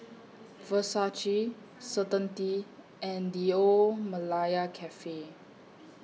Versace Certainty and The Old Malaya Cafe